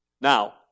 Now